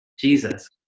Jesus